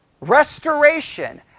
Restoration